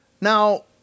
Now